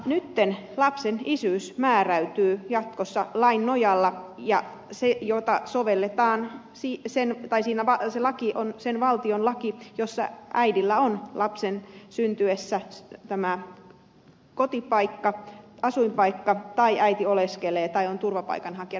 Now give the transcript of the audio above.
nyt lapsen isyys määräytyy jatkossa lain nojalla ja sijoittaa sovelletaan siitä sen vain siinä se laki on sen valtion laki jossa äidillä on lapsen syntyessä kotipaikka asuinpaikka tai jossa äiti oleskelee tai on turvapaikanhakijana